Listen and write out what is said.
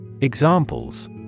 Examples